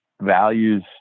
values